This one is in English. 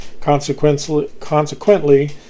Consequently